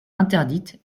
interdites